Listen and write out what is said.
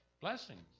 blessings